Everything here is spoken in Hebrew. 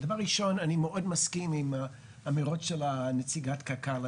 דבר ראשון אני מאוד מסכים עם אמירות של נציגת קק"ל.